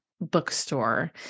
bookstore